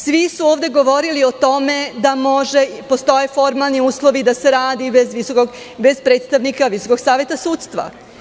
Svi su ovde govorili o tome da postoje formalni uslovi da se radi bez predstavnika Visokog saveta sudstva.